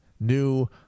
new